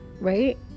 Right